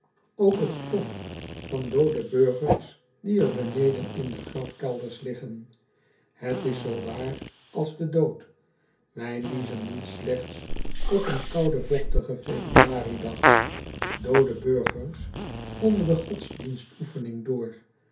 ook t stof van doode burgers die er beneden in de grafkelders liggen het is zoo waar als de dood wij niezen niet slechts op een kouden vochtigen eebruaridag doode burgers onder de godsdienstoefening door